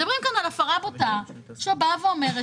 מדברים כאן על הפרה בוטה שבאה ואומרת